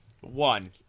One